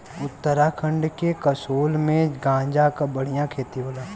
उत्तराखंड के कसोल में गांजा क बढ़िया खेती होला